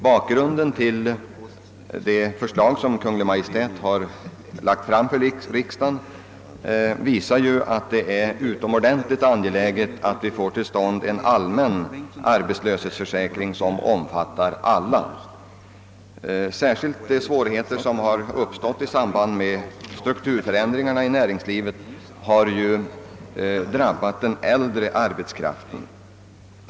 Bakgrunden till Kungl. Maj:ts förslag visar att det är utomordentligt angeläget att vi får en allmän arbetslöshetsförsäkring. De svårigheter som uppstått i samband med strukturförändringarna i näringslivet har särskilt drabbat den äldre arbetskraften.